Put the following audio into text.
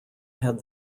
had